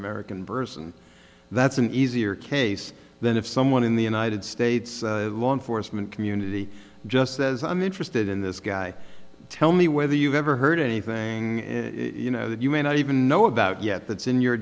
american burson that's an easier case then if someone in the united states law enforcement community just says i'm interested in this guy tell me whether you've ever heard anything in you know that you may not even know about yet that's in your